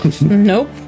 Nope